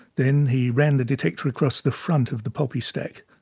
then he ran the detector across the front of the poppy stack.